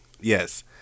yes